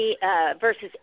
versus